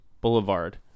Boulevard